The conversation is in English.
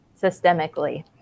systemically